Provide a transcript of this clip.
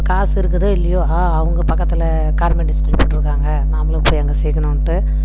காசு இருக்குதோ இல்லையோ ஆ அவங்க பக்கத்தில் கவர்மெண்ட்டு ஸ்கூல் போட்டுருக்காங்க நாமளும் போய் அங்கே சேர்க்கணுன்ட்டு